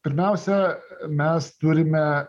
pirmiausia mes turime